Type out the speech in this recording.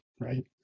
right